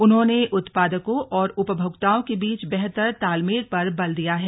उन्होंने उत्पादकों और उपभोक्ताओं के बीच बेहतर तालमेल पर बल दिया है